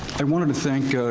i wanted to thank.